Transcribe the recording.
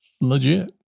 legit